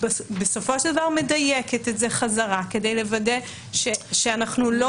בסופו של דבר מדייקת את זה בחזרה כדי לוודא שאנחנו לא